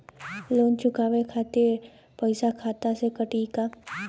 Loan चुकावे खातिर पईसा खाता से कटी का?